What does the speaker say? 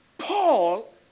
Paul